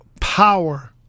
power